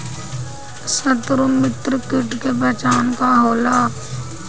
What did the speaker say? सत्रु व मित्र कीट के पहचान का होला?